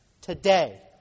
today